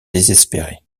désespéré